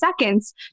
seconds